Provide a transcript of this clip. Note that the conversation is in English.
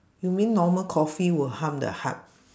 you mean normal coffee will harm the heart